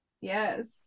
Yes